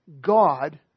God